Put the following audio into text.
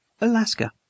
Alaska